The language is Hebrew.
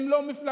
הם לא מפלגה,